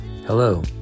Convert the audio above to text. Hello